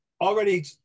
already